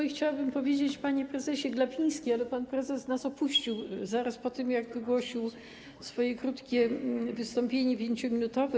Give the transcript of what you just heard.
I chciałabym powiedzieć: panie prezesie Glapiński, ale pan prezes nas opuścił zaraz po tym, jak zakończył swoje krótkie wystąpienie, 5-minutowe.